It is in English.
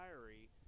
diary